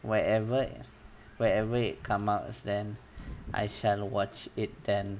wherever wherever it come out then I shall watch it then